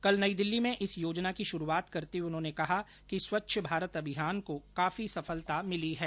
कल नई दिल्ली में इस योजना की शुरूआत करते हुए उन्होंने कहा कि स्वच्छ भारत अभियान को काफी सफलता मिली है